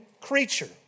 creature